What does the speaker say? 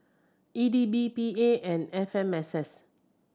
E D B P A and F M S S